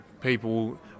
people